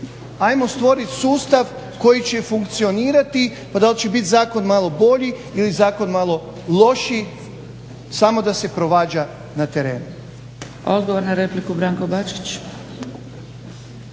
Hajmo stvorit sustav koji će funkcionirati, pa da li će zakon biti malo bolji ili zakon malo lošiji samo da se provađa na terenu.